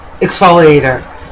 exfoliator